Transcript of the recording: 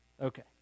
okay